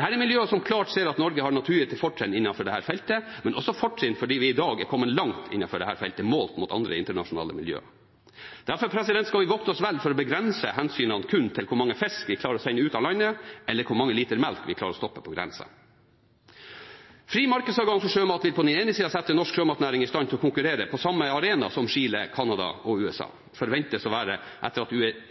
er miljøer som klart ser at Norge har naturgitte fortrinn innenfor dette feltet, men også fortrinn fordi vi i dag er kommet langt innenfor dette feltet målt mot andre internasjonale miljøer. Derfor skal vi vokte oss vel for å begrense hensynene kun til hvor mange fisk vi klarer å sende ut av landet, eller hvor mange liter melk vi klarer å stoppe på grensen. Fri markedsadgang for sjømat vil på den ene sida sette norsk sjømatnæring i stand til å konkurrere på samme arena som Chile, Canada og USA forventes å være på